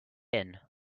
inn